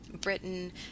Britain